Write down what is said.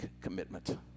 commitment